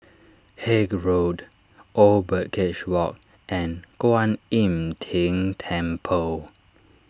Haig Road Old Birdcage Walk and Kuan Im Tng Temple